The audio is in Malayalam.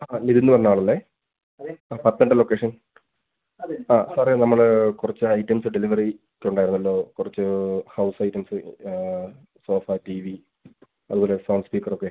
ആ നിഥിനെന്ന് പറഞ്ഞ ആളല്ലേ ആ പത്തെൻ്റെ ലൊക്കേഷൻ ആ സാറേ നമ്മൾ കുറച്ച് ഐറ്റംസ് ഡെലിവറിക്ക് ഉണ്ടായിരുന്നല്ലോ കുറച്ച് ഹൗസ് ഐറ്റംസ് സോഫ ടിവി അതുപോലെ സൗണ്ട് സ്പീക്കർ ഒക്കെ